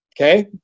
Okay